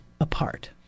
apart